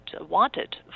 wanted